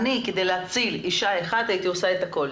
אני כדי להציל אישה אחת הייתי עושה את הכל.